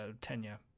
tenure